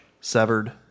Severed